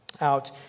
out